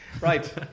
Right